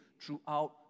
throughout